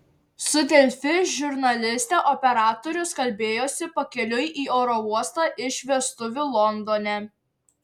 su delfi žurnaliste operatorius kalbėjosi pakeliui į oro uostą iš vestuvių londone